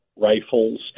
rifles